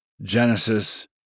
Genesis